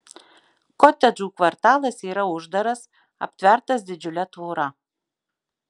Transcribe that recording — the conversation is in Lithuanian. kotedžų kvartalas yra uždaras aptvertas didžiule tvora